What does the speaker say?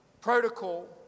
protocol